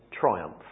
triumph